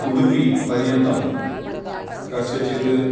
उडुपि पर्यन्तं कस्यचित्